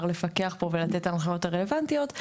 לפקח פה ולתת את ההנחיות הרלוונטיות,